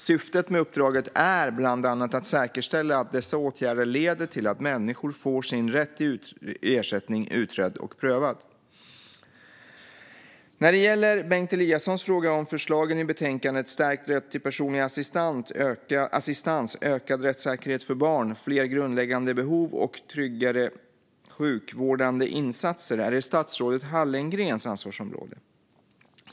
Syftet med uppdraget är bland annat att säkerställa att dessa åtgärder leder till att människor får sin rätt till ersättning utredd och prövad. När det gäller Bengt Eliassons fråga om förslagen i betänkandet Stärkt rätt till personlig assistans - Ökad rättssäkerhet för barn, fler grundläggande behov och tryggare sjukvårdande insatser är det statsrådet Hallengrens ansvarsområde.